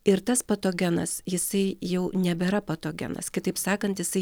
ir tas patogenas jisai jau nebėra patogenas kitaip sakant jisai